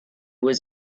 was